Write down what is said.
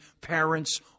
parents